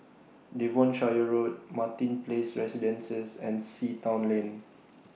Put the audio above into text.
Devonshire Road Martin Place Residences and Sea Town Lane